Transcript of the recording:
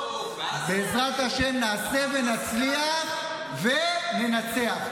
ובעזרת השם נעשה ונצליח וננצח.